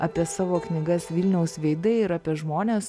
apie savo knygas vilniaus veidai ir apie žmones